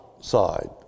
side